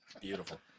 Beautiful